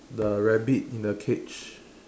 the rabbit in the cage